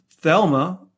Thelma